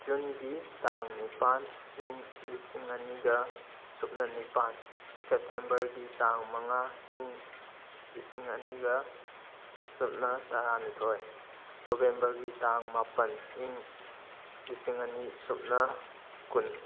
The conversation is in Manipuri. ꯖꯨꯟꯒꯤ ꯇꯥꯡ ꯅꯤꯄꯥꯜ ꯏꯪ ꯂꯤꯁꯤꯡ ꯑꯅꯤꯒ ꯁꯨꯞꯅ ꯅꯤꯄꯥꯜ ꯁꯦꯞꯇꯦꯝꯕꯔꯒꯤ ꯇꯥꯡ ꯃꯉꯥ ꯏꯪ ꯂꯤꯁꯤꯡ ꯑꯅꯤꯒ ꯁꯨꯞꯅ ꯇꯔꯥꯅꯤꯊꯣꯏ ꯅꯣꯕꯦꯝꯕꯔꯒꯤ ꯇꯥꯡ ꯃꯥꯄꯜ ꯏꯪ ꯂꯤꯁꯤꯡ ꯑꯅꯤ ꯁꯨꯞꯅ ꯀꯨꯟ